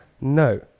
No